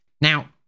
Now